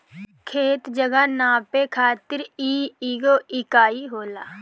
खेत, जगह नापे खातिर इ एगो इकाई होला